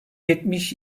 yetmiş